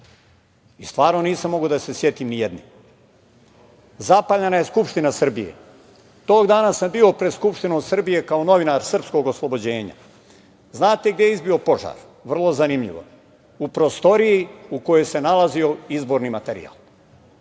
Stvarno nisam mogao da se setim nijedne. Zapaljena je Skupština Srbije. Tog dana sam bio pred Skupštinom Srbije kao novinar „Srpskog oslobođenja“. Znate gde je izbio požar? Vrlo zanimljivo? U prostoriji u kojoj se nalazio izborni materijal.